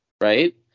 right